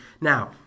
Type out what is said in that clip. now